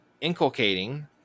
inculcating